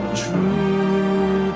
true